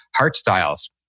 HeartStyles